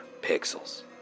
pixels